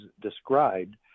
described